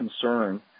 concern